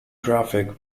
traffic